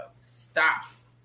stops